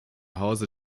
hause